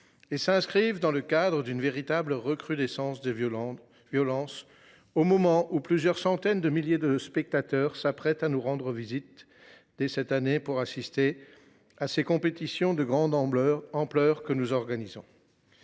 Ils s’inscrivent dans le cadre d’une recrudescence des violences, au moment où plusieurs centaines de milliers de spectateurs s’apprêtent à nous rendre visite pour assister, en 2024, aux compétitions de grande ampleur que nous organisons.